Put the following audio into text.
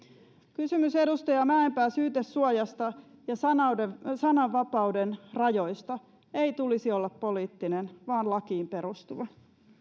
kysymys edustaja mäenpää syytesuojasta ja sananvapauden rajoista ei tulisi olla poliittinen vaan lakiin perustuva